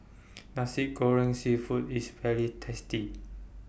Nasi Goreng Seafood IS very tasty